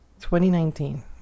2019